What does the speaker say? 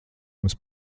jums